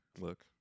look